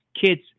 kids